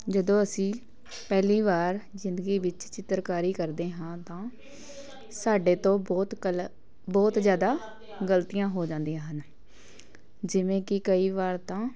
ਜਦੋਂ ਅਸੀਂ ਪਹਿਲੀ ਵਾਰ ਜ਼ਿੰਦਗੀ ਵਿੱਚ ਚਿੱਤਰਕਾਰੀ ਕਰਦੇ ਹਾਂ ਤਾਂ ਸਾਡੇ ਤੋਂ ਬਹੁਤ ਕਲ ਬਹੁਤ ਜ਼ਿਆਦਾ ਗਲਤੀਆਂ ਹੋ ਜਾਂਦੀਆਂ ਹਨ ਜਿਵੇਂ ਕਿ ਕਈ ਵਾਰ ਤਾਂ